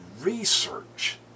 research